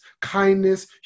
kindness